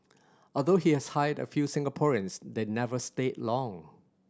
although he has hired a few Singaporeans they never stay long